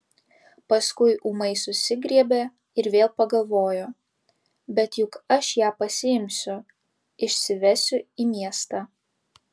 paskui ūmai susigriebė ir vėl pagalvojo bet juk aš ją pasiimsiu išsivesiu į miestą